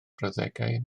brawddegau